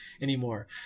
anymore